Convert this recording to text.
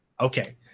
Okay